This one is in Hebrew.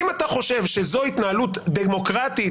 אם אתה חושב שזו התנהלות דמוקרטית